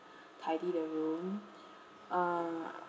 tidy the room uh